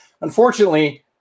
unfortunately